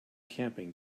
camping